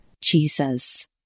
Jesus